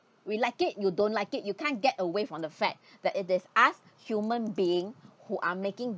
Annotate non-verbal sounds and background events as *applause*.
we like it you don't like it you can't get away from the fact *breath* that it is us human being who are making